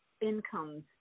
incomes